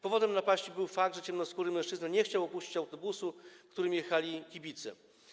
Powodem napaści był fakt, że ciemnoskóry mężczyzna nie chciał opuścić autobusu, którym jechali kibice.